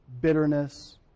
bitterness